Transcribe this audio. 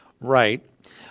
Right